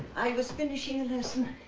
i was finishing a lesson.